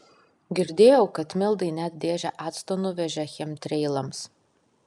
girdėjau kad mildai net dėžę acto nuvežė chemtreilams